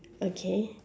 okay